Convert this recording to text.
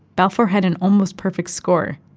balfour had an almost perfect score,